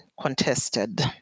contested